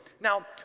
Now